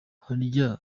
harya